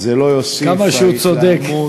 זה לא יוסיף, כמה שהוא צודק.